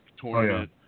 tournament